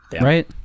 Right